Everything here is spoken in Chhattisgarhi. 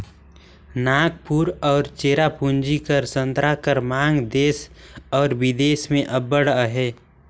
नांगपुर अउ चेरापूंजी कर संतरा कर मांग देस अउ बिदेस में अब्बड़ अहे